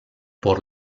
por